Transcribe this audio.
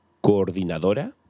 coordinadora